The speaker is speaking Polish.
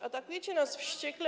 Atakujecie nas wściekle.